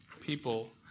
people